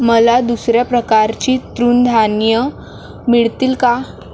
मला दुसऱ्या प्रकारची तृणधान्यं मिळतील का